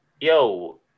yo